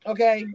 Okay